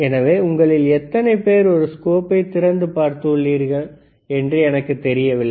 எனவே உங்களில் எத்தனை பேர் ஒரு ஸ்கோபை திறந்து பார்த்து உள்ளீர்கள் என்று எனக்குத் தெரியவில்லை